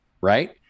right